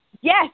yes